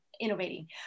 innovating